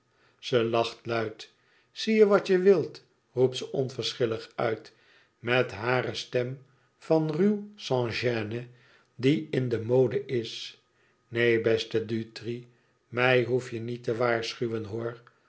ze lacht luid zie wat je wil roept ze onverschillig uit met hare stem van ruw sans-gêne die in de mode is neen beste dutri mij hoef je niet te waarschuwen hoor